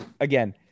again